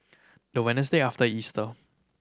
the Wednesday after Easter